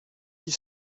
cent